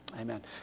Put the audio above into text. Amen